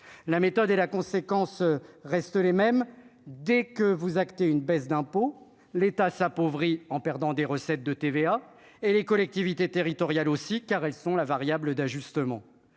la méthode est la conséquence restent les mêmes : dès que vous acter une baisse d'impôts, l'État s'appauvrit en perdant des recettes de TVA et les collectivités territoriales aussi car elles sont la variable d'ajustement,